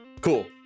Cool